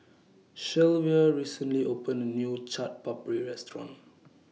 Shelvia recently opened A New Chaat Papri Restaurant